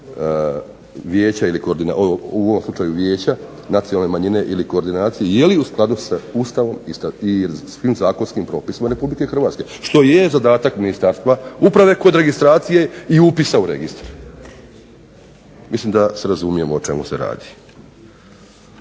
u ovom slučaju Vijeća nacionalne manjine ili koordinacije je li u skladu sa Ustavom i svim zakonskim propisima RH. Što i je zadatak Ministarstva uprave kod registracije i upisa u registar. Mislim da se razumijemo o čemu se radi.